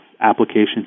applications